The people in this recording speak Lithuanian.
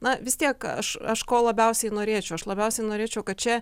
na vis tiek aš aš ko labiausiai norėčiau aš labiausiai norėčiau kad čia